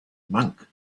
monk